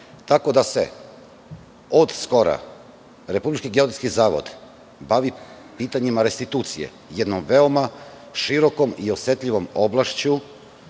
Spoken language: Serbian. parlamentu. Od skora, Republički geodetski zavod se bavi pitanjima restitucije, jednom veoma širokom i osetljivom oblašću